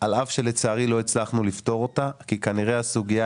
על אף שלצערי לא הצלחנו לפתור אותה כי כנראה הסוגייה